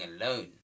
alone